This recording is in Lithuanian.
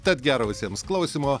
tad gero visiems klausymo